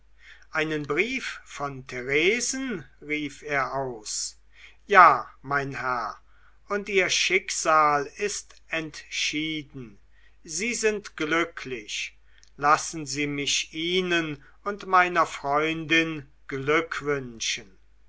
einen brief von theresen rief er aus ja mein herr und ihr schicksal ist entschieden sie sind glücklich lassen sie mich ihnen und meiner freundin